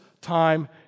time